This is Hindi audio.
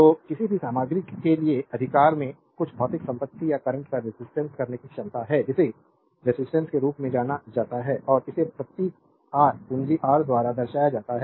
तो किसी भी सामग्री के लिए अधिकार में कुछ भौतिक संपत्ति या करंट का रेजिस्टेंस करने की क्षमता है जिसे रेजिस्टेंस के रूप में जाना जाता है और इसे प्रतीक आर पूंजी आर द्वारा दर्शाया जाता है